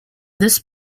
this